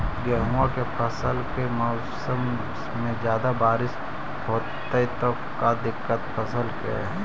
गेहुआ के फसल के मौसम में ज्यादा बारिश होतई त का दिक्कत हैं फसल के?